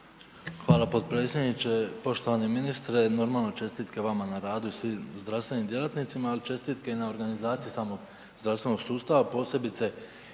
Hvala potpredsjedniče, poštovani ministre, normalno čestitke vama na radu i svim zdravstvenim djelatnicima, ali i čestitke na organizaciji samog zdravstvenog sustava, posebice